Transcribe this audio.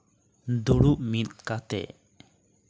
ᱫᱩᱲᱩᱵ ᱢᱤᱫ ᱠᱟᱛᱮᱜ